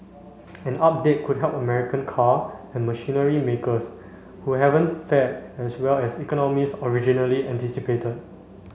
an update could help American car and machinery makers who haven't fared as well as economists originally anticipated